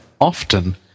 Often